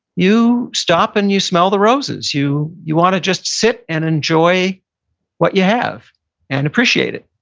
you stop and you smell the roses. you, you want to just sit and enjoy what you have and appreciate it.